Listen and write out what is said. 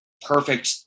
perfect